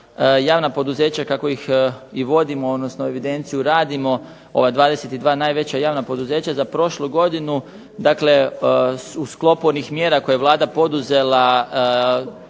javna poduzeća kako ih i vodimo, odnosno evidenciju radimo. Ova 22 najveća javna poduzeća za prošlu godinu, dakle u sklopu onih mjera koje je Vlada poduzela,